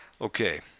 okay